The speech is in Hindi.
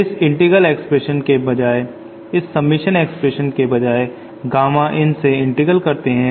इस इंटीग्रल एक्सप्रेशन के बजाय इस सबमिशन एक्सप्रेशन के बजाय गामा in से इंटीग्रल करते है